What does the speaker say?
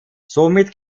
somit